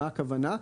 מה הכוונה?